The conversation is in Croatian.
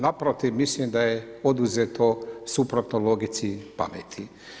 Naprotiv, mislim da je oduzeto suprotno logici pameti.